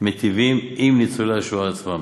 מיטיבים עם ניצולי השואה עצמם.